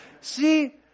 See